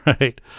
Right